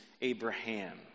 Abraham